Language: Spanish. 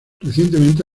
recientemente